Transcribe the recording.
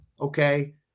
Okay